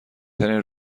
ترین